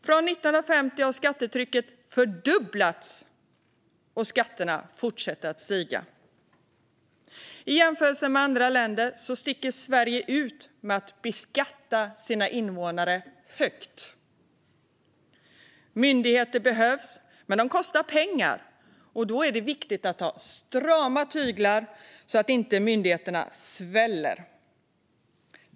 Från 1950 har skattetrycket fördubblats, och skatterna fortsätter att stiga. I jämförelse med andra länder sticker Sverige ut med att beskatta sina invånare högt. Myndigheter behövs, men de kostar pengar. Då är det viktigt att ha strama tyglar så att inte myndigheterna sväller.